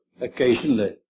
occasionally